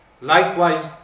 Likewise